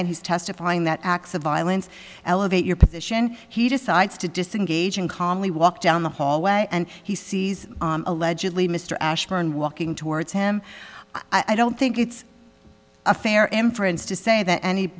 and he's testifying that acts of violence elevate your position he decides to disengage and calmly walk down the hallway and he sees allegedly mr ashburn walking towards him i don't think it's a fair inference to say that any